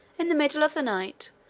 in the middle of the night,